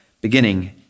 beginning